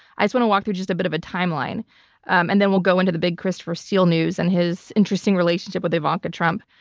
i just want to walk through just a bit of a timeline and then we'll go into the big christopher steele news and his interesting relationship with ivanka trump.